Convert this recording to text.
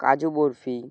কাজু বরফি